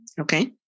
okay